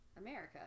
America